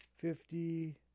fifty